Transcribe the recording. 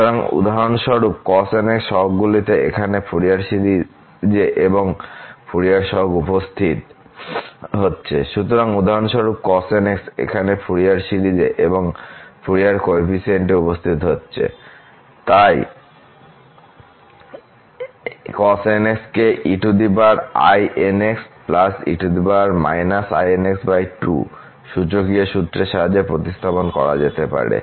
সুতরাং উদাহরণস্বরূপ cos nxসহগগুলিতে এখানে ফুরিয়ার সিরিজে এবং ফুরিয়ার সহগ উপস্থিত হচ্ছে সুতরাং উদাহরণস্বরূপ cosnx এখানে ফুরিয়ার সিরিজে এবং ফুরিয়ার কোফিসিয়েন্টে উপস্থিত হচ্ছে তাই cosnx কে সূচকীয় সূত্রের সাহায্যে প্রতিস্থাপন করা যেতে পারে